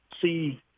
see